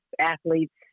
athletes